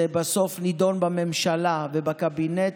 זה בסוף נדון בממשלה ובקבינט,